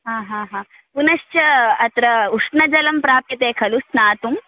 हा हा हा पुनश्च अत्र उष्णजलं प्राप्यते खलु स्नातुं